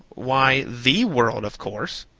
why, the world, of course.